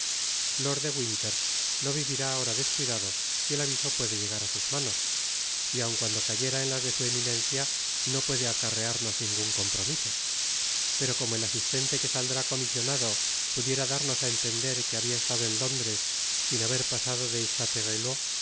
lord de winter no vivirá ahora descuidado si el aviso puede llegar á sus manos y aun cuando ca yera en las de su eminencia no puede acarrearnos ningun compromiso pero como el asistente que saldrá comisionado pudiera darnos á entender que habia estado en londres sin haber pasado de